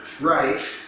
right